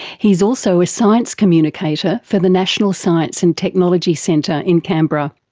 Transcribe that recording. he's also a science communicator for the national science and technology centre in canberra.